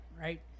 right